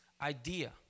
idea